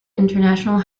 international